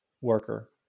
worker